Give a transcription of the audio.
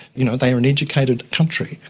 you know, they are an educated country.